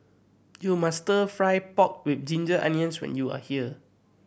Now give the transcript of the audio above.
you must Stir Fry pork with ginger onions when you are here